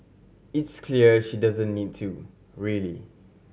it's clear she doesn't need to really